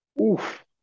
oof